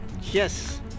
yes